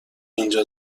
اینجا